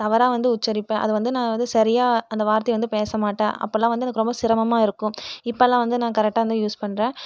தவறாக வந்து உச்சரிப்பேன் அதை வந்து நான் வந்து சரியாக அந்த வார்த்தையை வந்து பேச மாட்டன் அப்போலாம் வந்து எனக்கு ரொம்ப சிரமமாக இருக்கும் இப்போல்லாம் வந்து நான் கரெக்டாக வந்து யூஸ் பண்ணுறேன்